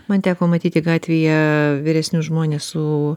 man teko matyti gatvėje vyresnius žmones su